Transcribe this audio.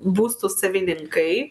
būstų savininkai